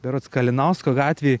berods kalinausko gatvėj